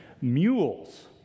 Mules